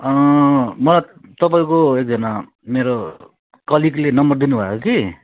मलाई तपाईँको एकजना मेरो कलिगले नम्बर दिनुभएको कि